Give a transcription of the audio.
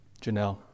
Janelle